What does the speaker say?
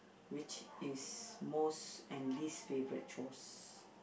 which is most and least favorite chores